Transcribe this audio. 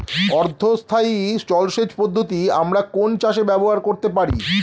অর্ধ স্থায়ী জলসেচ পদ্ধতি আমরা কোন চাষে ব্যবহার করতে পারি?